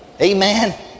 Amen